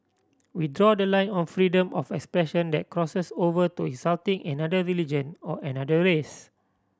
we draw the line on freedom of expression that crosses over to insulting another religion or another race